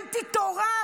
אנטי-תורה,